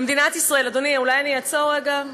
במדינת ישראל, אדוני, אולי אעצור רגע,